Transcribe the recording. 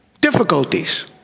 difficulties